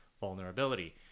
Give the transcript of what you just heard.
vulnerability